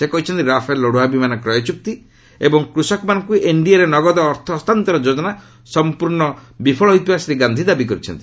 ସେ କହିଛନ୍ତି ରାଫେଲ ଲଢୁଆ ବିମାନ କ୍ରୟ ଚୁକ୍ତି ଏବଂ କୃଷକମାନଙ୍କୁ ଏନଡିଏର ନଗଦ ଅର୍ଥ ହସ୍ତାନ୍ତର ଯୋଜନା ସମ୍ପର୍ଣ୍ଣ ବିଫଳ ହୋଇଥିବା ଶ୍ରୀ ଗାନ୍ଧୀ ଦାବି କରିଛନ୍ତି